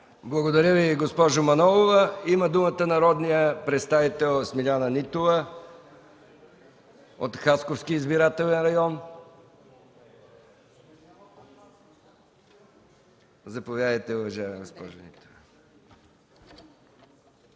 Благодаря Ви, госпожо Манолова. Има думата народният представител Смиляна Нитова от Хасковски избирателен район. Заповядайте, уважаема госпожо Нитова.